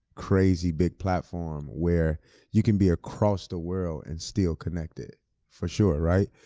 crazy big platform where you can be across the world and still connected for sure, right?